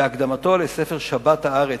בהקדמתו לספר "שבת הארץ",